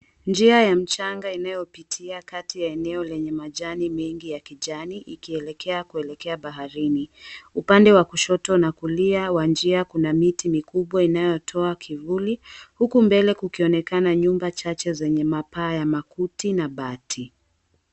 Njia ya mchanga inayopitia kati ya eneo lenye majani mengi ya kijani ikielekea kuelekea baharini. Upande wa kushoto na kulia wa njia kuna miti mikubwa inayotoa kivuli huku mbele kukionekana nyumba chache zenye mapaa ya makuti na bati.